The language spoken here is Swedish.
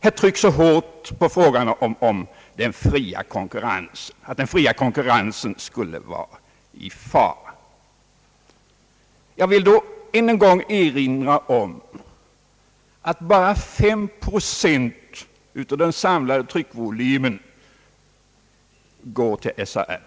Här betonas så kraftigt att den fria konkurrensen skulle vara i fara. Jag vill då än en gång erinra om att bara fem procent av den samlade tryckvolymen går till SRA.